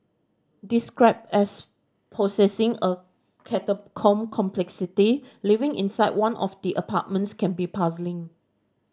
described as possessing a catacomb complexity living inside one of the apartments can be puzzling